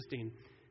interesting